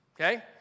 okay